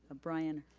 bryan